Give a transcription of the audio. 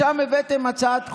שם הבאתם הצעת חוק,